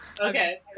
Okay